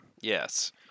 Yes